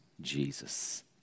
Jesus